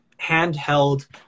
handheld